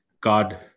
God